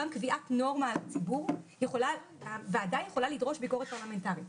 גם קביעת נורמה על ציבור עדיין יכולה לדרוש ביקורת פרלמנטרית.